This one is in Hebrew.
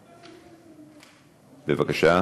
בבקשה.